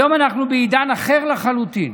היום אנחנו בעידן אחר לחלוטין.